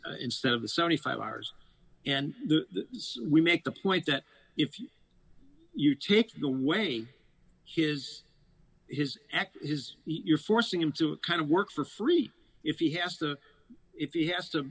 hours instead of the seventy five hours and the we make the point that if you you take the way his his act is you're forcing him to kind of work for free if he has the if he has to